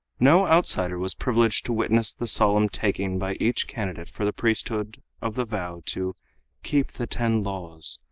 no outsider was privileged to witness the solemn taking by each candidate for the priesthood of the vow to keep the ten laws,